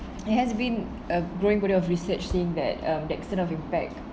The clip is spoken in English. it has been a growing body of research thing that uh the extent of impact